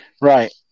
Right